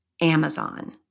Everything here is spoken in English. Amazon